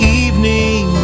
evening